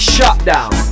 Shutdown